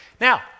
Now